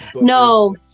No